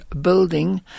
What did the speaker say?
building